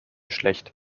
schlecht